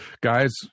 guys